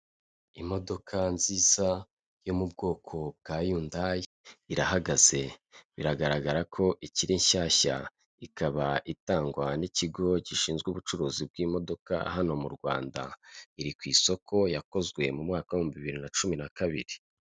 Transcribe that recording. Imodoka nziza yo mu bwoko bwa Yundayi irahagaze, biragaragara ko ikiri nshyashya. Ikaba itangwa n'ikigo gishinzwe ubucuruzi bw'imodoka hano mu Rwanda. Iri ku isoko yakozwe mu mwaka w'ibihumbi bibiri na cumi na kabiri.